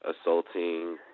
assaulting